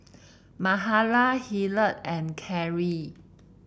Mahala Hillard and Carry